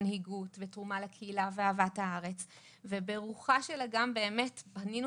מנהיגות ותרומה לקהילה ואהבת הארץ וברוחה של אגם באמת בנינו